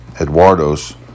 eduardo's